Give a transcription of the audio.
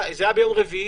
זה היה ביום רביעי.